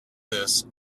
this